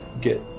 get